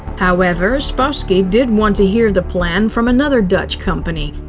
however, spassky did want to hear the plan from another dutch company,